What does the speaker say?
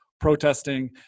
protesting